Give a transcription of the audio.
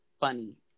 funny